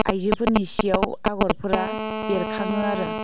आइजोफोरनि सियाव आगरफोरा बेरखाङो आरो